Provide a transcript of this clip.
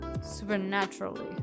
Supernaturally